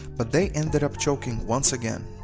but they ended up choking once again.